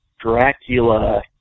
Dracula